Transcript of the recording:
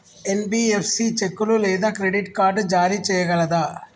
NBFC చెక్కులు లేదా credit card జారీ చేయగలదా?